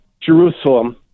jerusalem